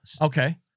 Okay